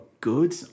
good